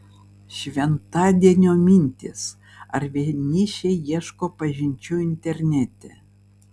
šventadienio mintys ar vienišiai ieško pažinčių internete